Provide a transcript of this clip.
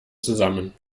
zusammen